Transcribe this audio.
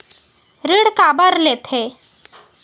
ऋण काबर लेथे?